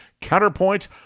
Counterpoint